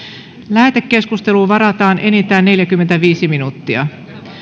lähetekeskusteluun varataan enintään neljäkymmentäviisi minuuttia